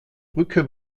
brücke